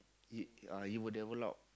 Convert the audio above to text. he uh he will develop